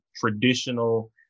traditional